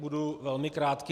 Budu velmi krátký.